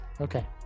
Okay